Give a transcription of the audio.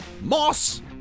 moss